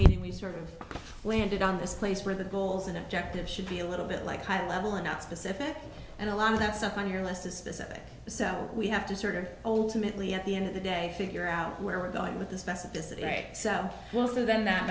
meeting we sort of landed on this place where the goals and objectives should be a little bit like high level and not specific and a lot of that stuff on your list of specific so we have to sort of old timidly at the end of the day figure out where we're going with the specificity right so both of them that